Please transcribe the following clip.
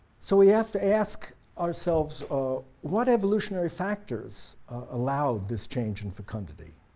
so we have to ask ourselves what evolutionary factors allowed this change in fecundity.